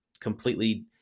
completely